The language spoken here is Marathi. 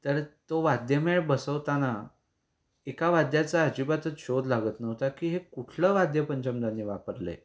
तर तो वाद्यमेळ बसवताना एका वाद्याचा अजिबातच शोध लागत नव्हता की हे कुठलं वाद्य पंचमदांनी वापरलं आहे